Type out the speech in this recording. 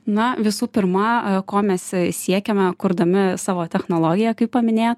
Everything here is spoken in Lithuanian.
na visų pirma ko mes siekiame kurdami savo technologiją kaip paminėjot